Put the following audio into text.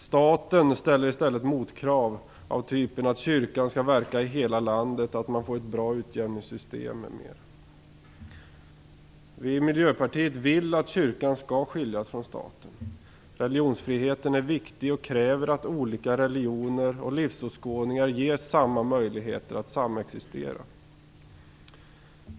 Staten ställer i stället motkrav av typen att kyrkan skall verka i hela landet, att man får ett bra utjämningssystem m.m. Vi i Miljöpartiet vill att kyrkan skall skiljas från staten. Religionsfriheten är viktig och kräver att skilda religioner och livsåskådningar ges lika möjligheter att samexistera.